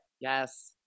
Yes